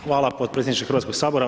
Hvala potpredsjedniče Hrvatskoga sabora.